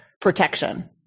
protection